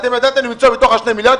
ידעתם למצוא את ה-2 מיליארד,